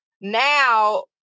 now